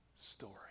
story